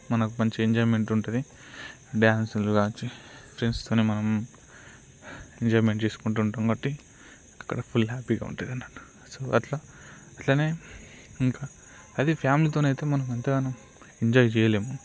మనకి మంచి ఎంజాయ్మెంట్ ఉంటుంది డ్యాన్సులు చేస్తూ ఫ్రెండ్స్తోని మనం ఎంజాయ్మెంట్ చేసుకుంటూ ఉంటాం కాబట్టి అక్కడ ఫుల్ హ్యాపీగా ఉంటుంది అన్నట్టు సో అట్లా అట్లనే ఇంకా అది ఫ్యామిలీతోని అయితే మనం అంతగానూ ఎంజాయ్ చేయలేం